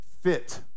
fit